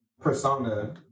persona